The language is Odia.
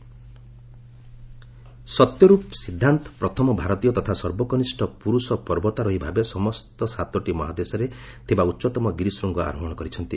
ମାଉଟେନ୍ ସତ୍ୟର୍ପ ସିଦ୍ଧାନ୍ତ ପ୍ରଥମ ଭାରତୀୟ ତଥା ସର୍ବକନିଷ୍ଣ ପୁର୍ଷ ପର୍ବତାରୋହୀ ଭାବେ ସମସ୍ତ ସାତଟି ମହାଦେଶରେ ଥିବା ଉଚ୍ଚତମ ଗିରିଶୂଙ୍ଗ ଆରୋହଣ କରିଛନ୍ତି